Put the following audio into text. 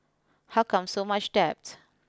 how come so much debt